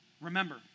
Remember